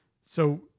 So-